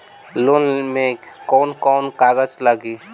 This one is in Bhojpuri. लोन में कौन कौन कागज लागी?